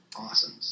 awesome